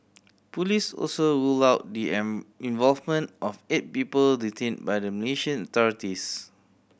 police also ruled out the involvement of eight people detained by the Malaysian authorities